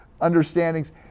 understandings